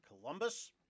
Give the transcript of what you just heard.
Columbus